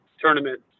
tournament